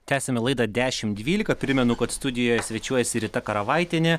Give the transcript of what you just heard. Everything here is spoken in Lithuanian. tęsiame laidą dešimt dvylika primenu kad studijoje svečiuojasi rita karavaitienė